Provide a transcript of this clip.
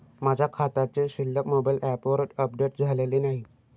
माझ्या खात्याची शिल्लक मोबाइल ॲपवर अपडेट झालेली नाही